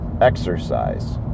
exercise